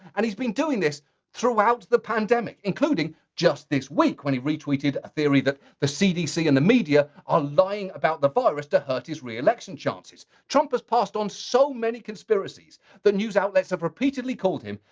and he's been doing this throughout the pandemic, including, just this week, when he retweeted a theory that the cdc and the media are lying about the virus that hurt his reelection chances. trump has passed on so many conspiracies that news outlets have repeatedly called him,